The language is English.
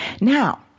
Now